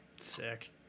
Sick